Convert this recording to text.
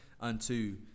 unto